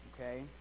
okay